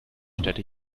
städte